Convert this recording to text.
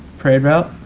parade route.